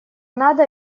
надо